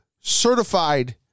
certified